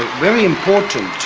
very important